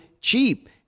cheap